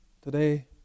today